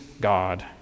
God